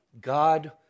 God